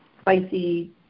spicy